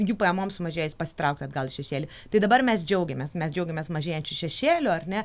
jų pajamoms sumažėjus pasitraukti atgal į šešėlį tai dabar mes džiaugiamės mes džiaugiamės mažėjančiu šešėliu ar ne